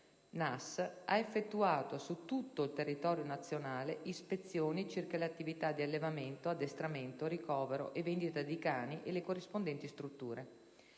(NAS) ha effettuato, su tutto il territorio nazionale, ispezioni circa le attività di allevamento, addestramento, ricovero e vendita di cani e le corrispondenti strutture.